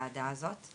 הוועדה הזאת,